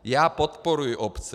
Já podporuji obce.